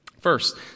First